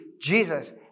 Jesus